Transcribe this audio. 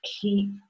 keep